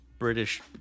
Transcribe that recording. British